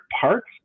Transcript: parts